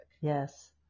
Yes